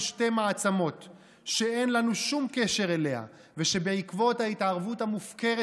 שתי מעצמות שאין לנו שום קשר אליה וההתערבות המופקרת